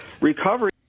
recovery